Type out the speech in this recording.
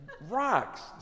Rocks